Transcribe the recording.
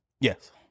Yes